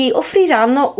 offriranno